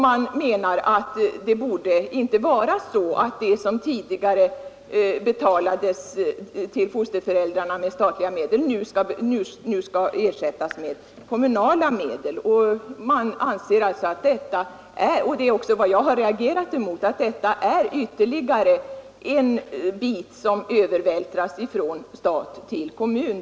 Man menar att det borde inte vara så att det som tidigare betalades till fosterföräldrarna med statliga medel nu skall ersättas med kommunala medel. Man anser alltså att detta är — och det är också vad jag har reagerat mot — ytterligare en bit som övervältras från stat till kommun.